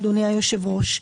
אדוני היושב-ראש.